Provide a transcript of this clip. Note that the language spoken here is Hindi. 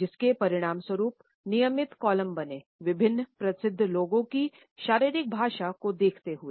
जिसके परिणामस्वरूप नियमित कॉलम बने विभिन्न प्रसिद्ध लोगों की शारीरिक भाषा को देखते हुए